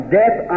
death